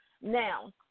now